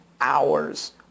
hours